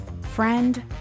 Friend